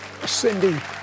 Cindy